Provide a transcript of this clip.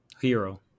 hero